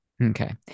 Okay